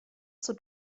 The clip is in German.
zur